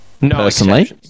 Personally